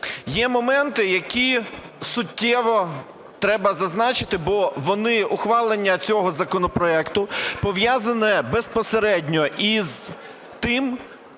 є моменти, які суттєво треба зазначити, бо ухвалення цього законопроекту пов'язане безпосередньо із тим,